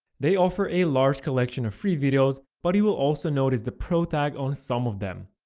they offer a large collection of free videos, but you will also notice the pro tag on some of them.